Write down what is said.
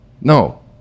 No